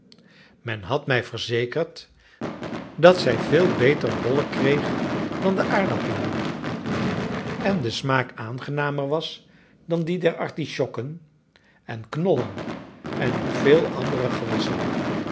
men had mij verzekerd dat zij veel beter bollen kreeg dan de aardappelen en de smaak aangenamer was dan die der artisjokken en knollen en nog vele andere gewassen